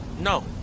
No